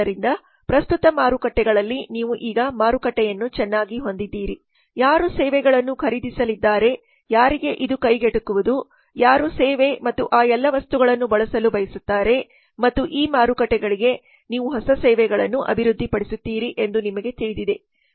ಆದ್ದರಿಂದ ಪ್ರಸ್ತುತ ಮಾರುಕಟ್ಟೆಗಳಲ್ಲಿ ನೀವು ಈಗ ಮಾರುಕಟ್ಟೆಯನ್ನು ಚೆನ್ನಾಗಿ ಹೊಂದಿದ್ದೀರಿ ಯಾರು ಸೇವೆಗಳನ್ನು ಖರೀದಿಸಲಿದ್ದಾರೆ ಯಾರಿಗೆ ಇದು ಕೈಗೆಟುಕುವದು ಯಾರು ಸೇವೆ ಮತ್ತು ಆ ಎಲ್ಲ ವಸ್ತುಗಳನ್ನು ಬಳಸಲು ಬಯಸುತ್ತಾರೆ ಮತ್ತು ಈ ಮಾರುಕಟ್ಟೆಗಳಿಗೆ ನೀವು ಹೊಸ ಸೇವೆಗಳನ್ನು ಅಭಿವೃದ್ಧಿಪಡಿಸುತ್ತೀರಿ ಎಂದು ನಿಮಗೆ ತಿಳಿದಿದೆ